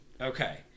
Okay